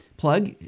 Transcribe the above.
plug